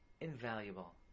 invaluable